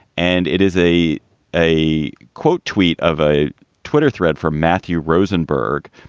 and it is a a quote, tweet of a twitter thread for matthew rosenberg,